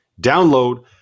download